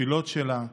התפילות שלה,